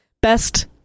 Best